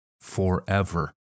forever